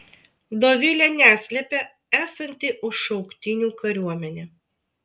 dovilė neslepia esanti už šauktinių kariuomenę